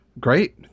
Great